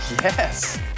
Yes